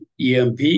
EMP